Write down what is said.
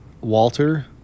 Walter